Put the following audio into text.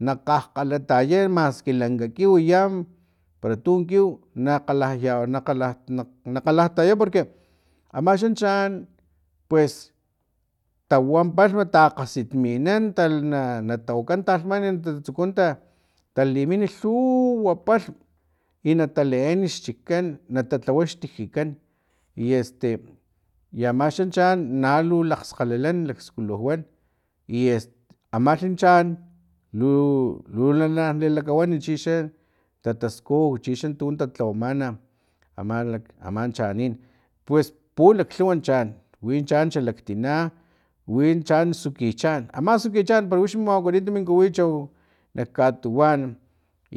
Na kgakgala taya maski lanka kiwi ya para tun kiw na kgala yawana kgala na kgala taya porque amaxan chaan pues tawam palhma lakgasitminan na tawaka talhman na tsuku talimin lhuw lhuuuuwa palhm i nata leen xchikan natalhawa xtijikan i este i amaxan chaan nalu lakgskgalalan lakskukulan i es amaxi chaan lu lana nalilakawan chixa tataskuj chixan talhawamana ama ama lakchaanin pues pilaklhuw chaan wi chaan xa laktina wi chaan sukichaan ama sikichaan pero wix mawakanit mi kuwichau nak katuwan